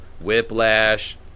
Whiplash